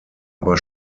aber